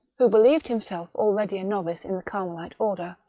who believed himself already a novice in the carmelite order,